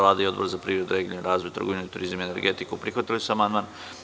Vlada i Odbor za privredu, regionalni razvoj, trgovinu, turizam i energetiku prihvatili su amandman.